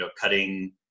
cutting